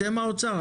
אתם האוצר,